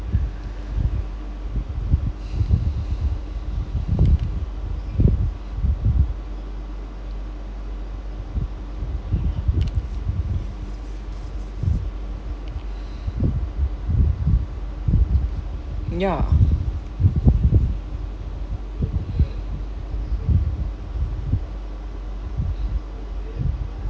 ya